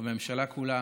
והממשלה כולה